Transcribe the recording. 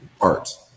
art